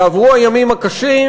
יעברו הימים הקשים,